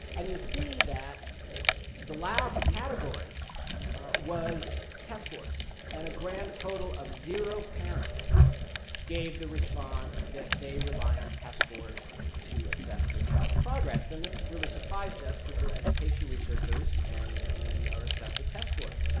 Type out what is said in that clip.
and you see that the last category was test scores. and a grand total of zero parents gave the response that they rely on test scores to assess their child's progress. and this really surprised us because we're education researchers and we are obsessed with test scores.